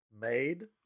made